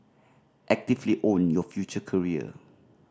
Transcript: actively own your future career